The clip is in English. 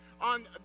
on